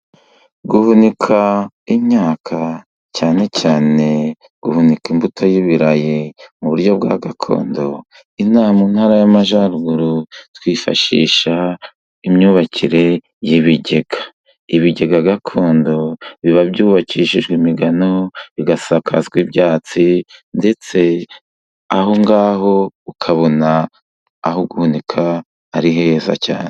Guhunika imyaka cyane cyane, guhunika imbuto y'ibirayi mu buryo bwa gakondo, in'aha ntara y'Amajyaruguru twifashisha imyubakire y'ibigega, ibigega gakondo biba byubakishijwe imigano bigasakazwa ibyatsi, ndetse ahongaho ukabona aho guhunika ari heza cyane.